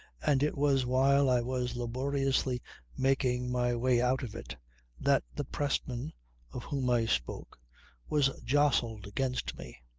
and it was while i was laboriously making my way out of it that the pressman of whom i spoke was jostled against me.